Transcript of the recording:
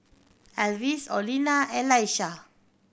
Alvis Orlena and Laisha